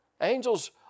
Angels